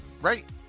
right